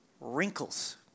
wrinkles